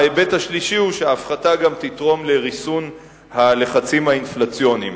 ההיבט השלישי הוא שההפחתה גם תתרום לריסון הלחצים האינפלציוניים.